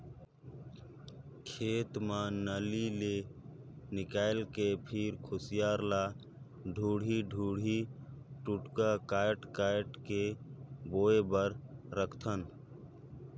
खेत म नाली ले निकायल के फिर खुसियार ल दूढ़ी दूढ़ी टुकड़ा कायट कायट के बोए बर राखथन